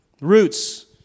roots